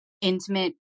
intimate